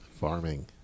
Farming